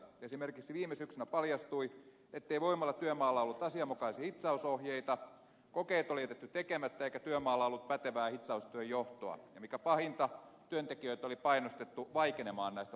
esimerkiksi viime syksynä paljastui että voimalatyömaalla ei ollut asianmukaisia hitsausohjeita kokeet oli jätetty tekemättä eikä työmaalla ollut pätevää hitsaustyön johtoa ja mikä pahinta työntekijöitä oli painostettu vaikenemaan näistä puutteista